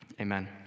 Amen